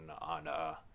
on